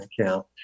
account